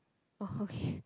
oh okay